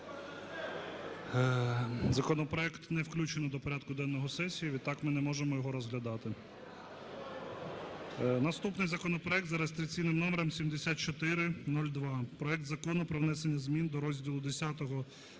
Законопроект не включено до порядку денного сесії, відтак ми не можемо його розглядати. Наступний законопроект за реєстраційним номером 7402: проект Закону про внесення змін до розділу X